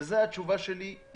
אני